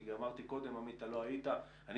כי אמרתי קודם עמית אתה לא היית שאני